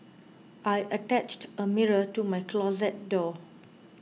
I attached a mirror to my closet door